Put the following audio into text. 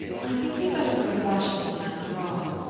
i think you'd better go to washington after all.